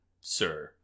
sir